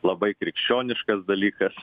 labai krikščioniškas dalykas